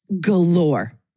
galore